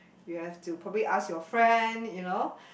you have to probably ask your friend you know